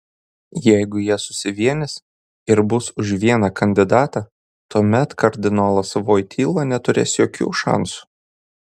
jeigu jie susivienys ir bus už vieną kandidatą tuomet kardinolas voityla neturės jokių šansų